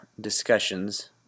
discussions